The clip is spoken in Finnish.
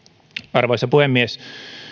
arvoisa puhemies